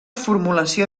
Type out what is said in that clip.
formulació